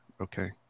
Okay